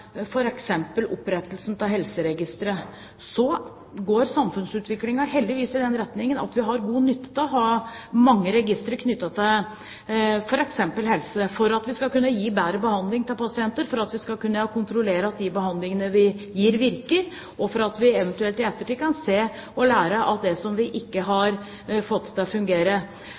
opprettelsen av helseregistre. Samfunnsutviklingen går heldigvis i retning av at vi har god nytte av å ha mange registre knyttet til f.eks. helse, for at vi skal kunne gi bedre behandling til pasienter, for at vi skal kunne kontrollere at de behandlingene vi gir, virker, og for at vi eventuelt i ettertid kan se og lære av alt det vi ikke har fått til å fungere.